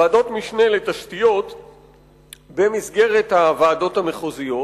ועדות משנה לתשתיות במסגרת הוועדות המחוזיות,